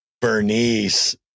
Bernice